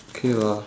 okay lah